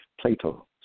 Plato